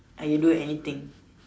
I can do anything